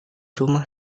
rumah